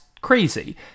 crazy